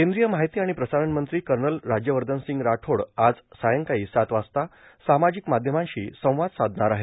केंद्रीय माहिती आणि प्रसारण मंत्री कर्नल राज्यवर्धन सिंग राठोड आज सायंकाळी सात वाजता सामाजिक माध्यमांशी संवाद साधणार आहेत